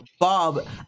Bob